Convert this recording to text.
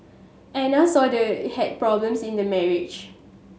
Anna saw they had problems in the marriage